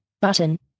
button